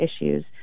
issues